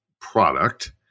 product